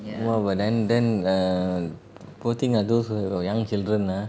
!wah! but then then err poor thing ah those who got young children ah